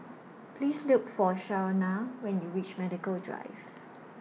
Please Look For Shawnna when YOU REACH Medical Drive